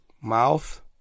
Mouth